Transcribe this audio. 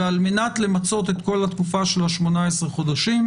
ועל מנת למצות את כל התקופה של ה-18 חודשים,